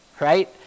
right